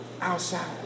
outside